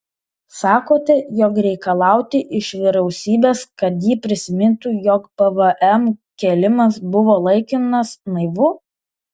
sakote jog reikalauti iš vyriausybės kad ji prisimintų jog pvm kėlimas buvo laikinas naivu